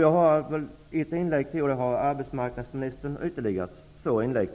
Jag har ett inlägg kvar och arbetsmarknadsministern har två.